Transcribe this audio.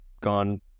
gone